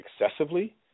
excessively